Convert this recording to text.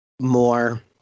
more